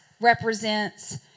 represents